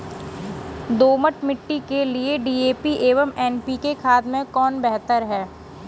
दोमट मिट्टी के लिए डी.ए.पी एवं एन.पी.के खाद में कौन बेहतर है?